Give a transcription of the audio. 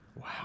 Wow